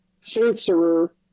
sorcerer